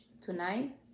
tonight